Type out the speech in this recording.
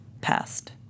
passed